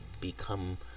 become